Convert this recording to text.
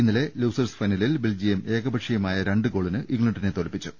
ഇന്നലെ ലൂസേഴ്സ് ഫൈനലിൽ ബെൽജിയം ഏകപ ക്ഷീയമായ രണ്ട് ഗോളിന് ഇംഗ്ലണ്ടിനെ തോൽപ്പിച്ചു